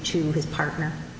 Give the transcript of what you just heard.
to his partner